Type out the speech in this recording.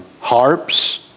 harps